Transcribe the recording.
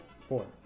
Four